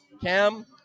Cam